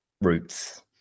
roots